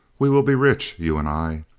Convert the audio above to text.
we will be rich, you and i.